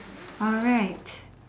alright